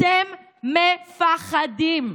אתם מ-פ-ח-דים.